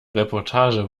reportage